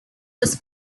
was